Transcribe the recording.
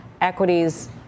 equities